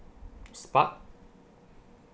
spark